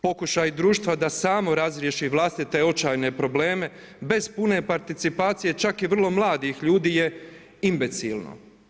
Pokušaj društva da samo razriješi vlastite očajne probleme bez pune participacije čak i vrlo mladih ljudi je imbecilno.